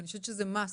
אני חושבת שזה must.